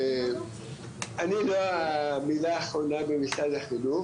אני לא המילה האחרונה במשרד החינוך,